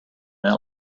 that